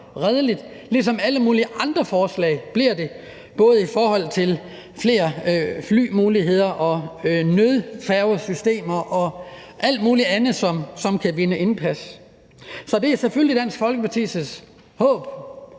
ligesom alle mulige andre forslag bliver det, både i forhold til flere flymuligheder og nødfærgesystemer og alt muligt andet, som kan vinde indpas. Så det er selvfølgelig Dansk Folkepartis håb